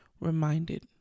reminded